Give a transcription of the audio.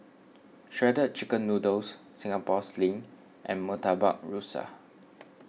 Shredded Chicken Noodles Singapore Sling and Murtabak Rusa